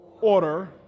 order